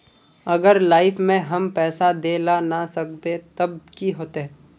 अगर लाइफ में हम पैसा दे ला ना सकबे तब की होते?